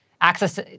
access